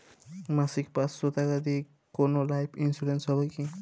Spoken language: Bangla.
মাসিক পাঁচশো টাকা দিয়ে কোনো লাইফ ইন্সুরেন্স হবে কি?